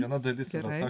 viena dalis yra